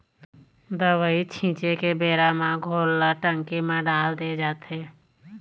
दवई छिंचे के बेरा म घोल ल टंकी म डाल दे जाथे